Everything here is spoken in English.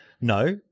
no